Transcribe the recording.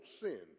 sin